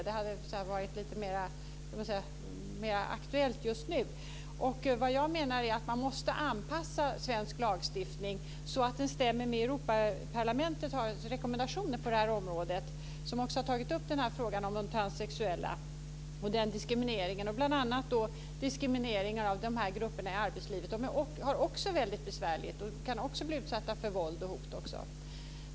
Det hade varit lite mer aktuellt just nu. Jag menar att man måste anpassa svensk lagstiftning så att den stämmer med Där har också frågan om de transsexuella och diskrimineringen av dem tagits upp. Det har gällt bl.a. diskrimineringen av de här grupperna i arbetslivet. De har det också väldigt besvärligt, och de kan också bli utsatta för våld och hot.